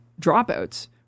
dropouts